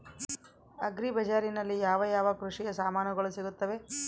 Agri ಬಜಾರಿನಲ್ಲಿ ಯಾವ ಯಾವ ಕೃಷಿಯ ಸಾಮಾನುಗಳು ಸಿಗುತ್ತವೆ?